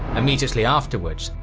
immediately afterwards,